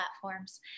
platforms